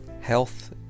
Health